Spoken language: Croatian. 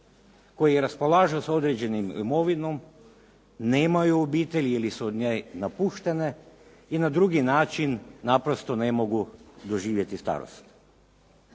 koji raspolažu sa određenom imovinom, nemaju obitelji ili su od nje napuštene i na drugi način naprosto ne mogu doživjeti starost.